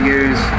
use